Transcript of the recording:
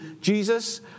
Jesus